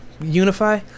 unify